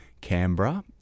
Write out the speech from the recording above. Canberra